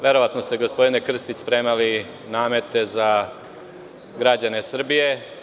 Verovatno ste, gospodine Krstiću, spremali namete za građane Srbije.